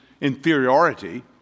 inferiority